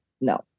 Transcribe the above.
No